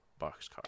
Boxcar